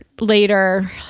later